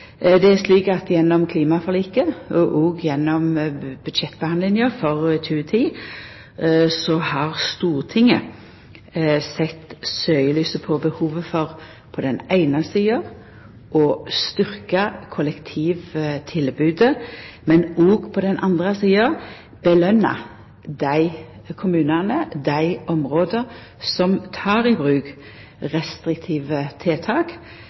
Gjennom klimaforliket og òg gjennom budsjettbehandlinga for 2010 har Stortinget sett søkjelyset på behovet for på den eine sida å styrkja kollektivtilbodet, men på den andre sida lønna dei kommunane, dei områda, som tek i bruk restriktive tiltak